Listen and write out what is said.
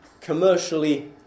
commercially